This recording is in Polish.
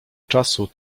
czasu